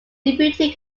deputy